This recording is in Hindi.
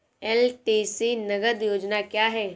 एल.टी.सी नगद योजना क्या है?